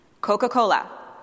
Coca-Cola